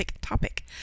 topic